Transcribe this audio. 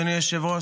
אדוני היושב-ראש,